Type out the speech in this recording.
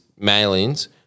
mailings